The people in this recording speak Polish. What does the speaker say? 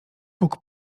puk